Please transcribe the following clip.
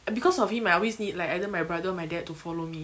because of him right I always need like either my brother or my dad to follow me